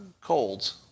colds